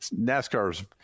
nascar's